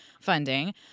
funding